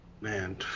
man